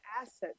assets